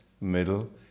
middle